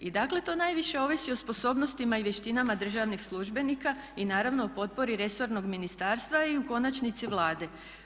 I dakle to najviše ovisi o sposobnostima i vještinama državnih službenika i naravno o potpori resornog ministarstva i u konačnici Vlade.